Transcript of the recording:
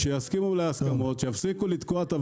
שיגיעו להסכמות ויפסיקו לתקוע את הוועדות.